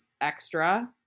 extra